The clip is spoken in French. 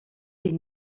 des